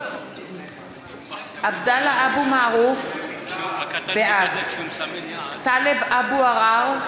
עבדאללה אבו מערוף, בעד טלב אבו עראר,